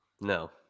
No